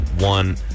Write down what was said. one